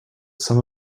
some